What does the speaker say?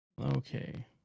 okay